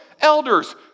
elders